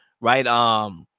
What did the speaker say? right